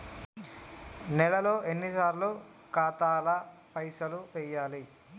నెలలో ఎన్నిసార్లు ఖాతాల పైసలు వెయ్యాలి?